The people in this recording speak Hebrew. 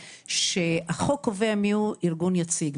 החוק קובע מי הוא ארגון יציג.